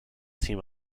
team